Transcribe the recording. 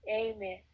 Amen